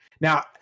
Now